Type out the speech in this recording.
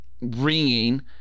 ringing